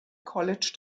college